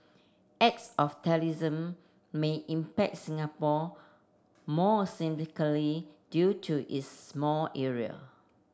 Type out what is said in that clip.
acts of terrorism may impact Singapore more significantly due to its small area